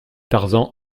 tarzan